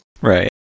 Right